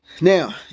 Now